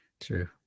true